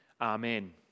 Amen